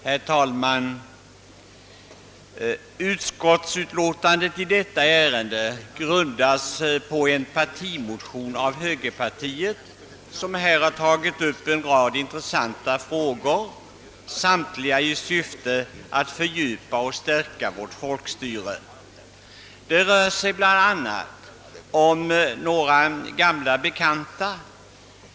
Herr talman! Detta utlåtande bygger på en partimotion från högern, som tagit upp en rad intressanta frågor och föreslagit åtgärder i syfte att fördjupa och stärka vårt folkstyre. En del av dessa frågor är gamla bekanta.